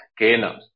Kena